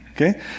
Okay